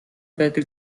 байдаг